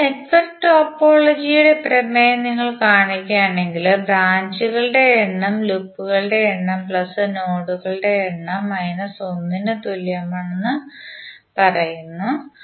അതിനാൽ നെറ്റ്വർക്ക് ടോപ്പോളജിയുടെ പ്രമേയം നിങ്ങൾ കാണുകയാണെങ്കിൽ ബ്രാഞ്ചുകളുടെ എണ്ണം ലൂപ്പുകളുടെ എണ്ണം പ്ലസ് നോഡുകളുടെ എണ്ണം മൈനസ് ഒന്നിന് തുല്യമാണെന്ന് ഇത് പറയുന്നു